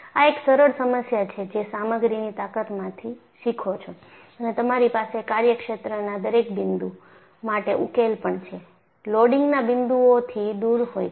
આ એક સરળ સમસ્યા છે જે સામગ્રીની તાકતમાંથી શીખો છો અને તમારી પાસે કાર્ય ક્ષેત્રના દરેક બિંદુ માટે ઉકેલ પણ છે લોડિંગના બિંદુઓથી દૂર હોય છે